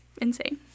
Insane